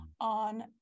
on